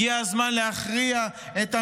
הגיע הזמן להכריע את המלחמה,